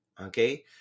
Okay